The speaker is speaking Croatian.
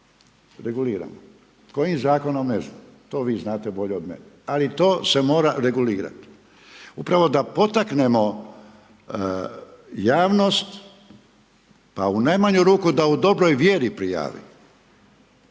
reguliramo. Kojim zakonom, ne znam, to vi znate bolje od mene, ali to se mora regulirati, upravo da potaknemo javnost, pa u najmanju ruku, da u dobroj vjeri prijavimo.